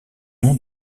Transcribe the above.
noms